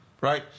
right